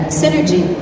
synergy